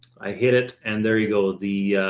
i hit it. and there you go. the, ah,